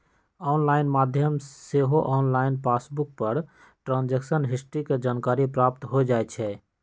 online माध्यम से सेहो ऑनलाइन पासबुक पर ट्रांजैक्शन हिस्ट्री के जानकारी प्राप्त हो जाइ छइ